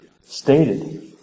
stated